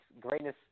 greatness